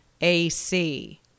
AC